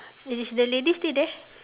is the lady still there